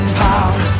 power